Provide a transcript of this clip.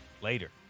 later